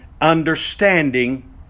Understanding